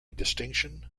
distinction